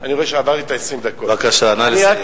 אני רואה שעברתי את ה-20 דקות, בבקשה, נא לסיים.